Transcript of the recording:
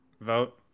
Vote